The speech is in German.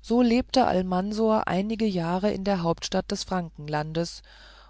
so lebte almansor einige jahre in der hauptstadt des frankenlandes